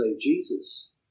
jesus